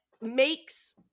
makes